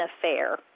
affair